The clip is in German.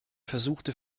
versuchte